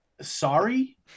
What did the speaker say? sorry